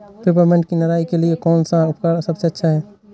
Peppermint की निराई के लिए कौन सा उपकरण सबसे अच्छा है?